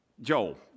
Joel